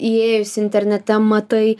įėjus internete matai